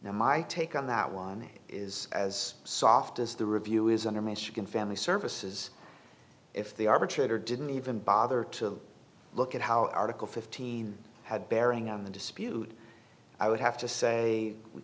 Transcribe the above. now my take on that one is as soft as the review is under michigan family services if the arbitrator didn't even bother to look at how article fifteen had bearing on the dispute i would have to say we